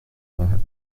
mehrheit